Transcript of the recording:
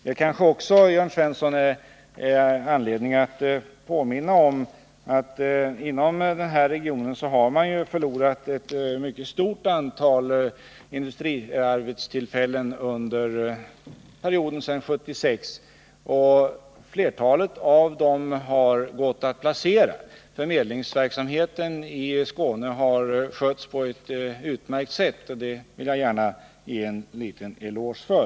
Det finns också anledning att erinra om, Jörn Svensson, att man inom den här regionen har förlorat ett mycket stort antal industriarbetstillfällen under perioden efter 1976, och flertalet av dem som berörts har det gått att placera. De som skött förmedlingen i Skåne har gjort det på ett utmärkt sätt, och det vill jag gärna ge dem en liten eloge för.